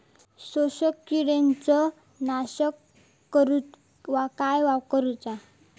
शोषक किडींचो नाश करूक काय करुचा?